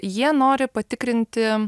jie nori patikrinti